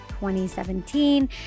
2017